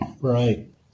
Right